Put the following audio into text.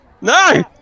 No